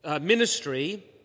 ministry